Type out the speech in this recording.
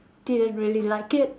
didn't really like it